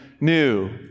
new